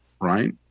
Right